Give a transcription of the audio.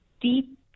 deep